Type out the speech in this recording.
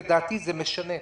לדעתי, זה משנה.